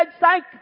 Thank